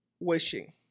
Wishing